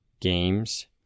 games